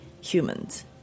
humans